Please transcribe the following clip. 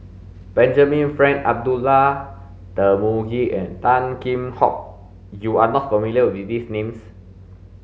Benjamin Frank Abdullah Tarmugi and Tan Kheam Hock you are not familiar with these names